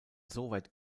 soweit